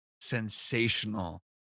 sensational